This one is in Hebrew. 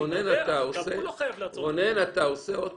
מספר זהות, מען, ליחיד תאריך לידה ומין, לתאגיד